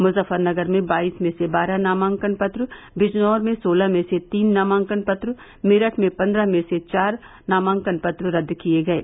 मुजफ्फरनगर में बाईस में से बारह नामांकन पत्र बिजनौर में सोलह में से तीन नामांकन पत्र मेरठ में पन्द्रह में से चार नामांकन पत्र रद्द किये गये